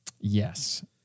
Yes